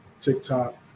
TikTok